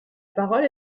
parole